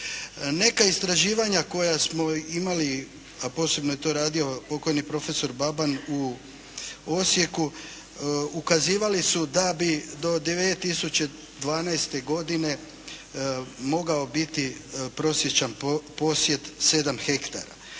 Neka istraživanja koja smo imali, a posebno je to radio pokojni profesor Baban u Osijeku ukazivali su da bi do 2012. godine mogao biti prosječan posjed 7 hektara.